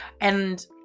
and-